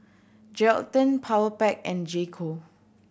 Geraldton Powerpac and J Co